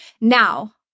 Now